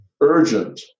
urgent